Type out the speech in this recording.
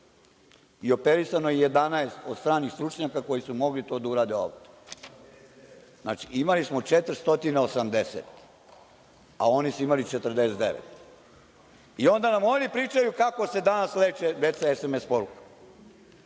Operisano je 11 od stranih stručnjaka koji su mogli to da urade odmah. Znači, imali smo 480, a oni su imali 49. Onda nam oni pričaju kako se danas leče deca SMS porukama,